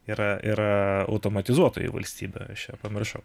yra yra automatizuotoji valstybė aš ją pamiršau